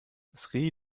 sri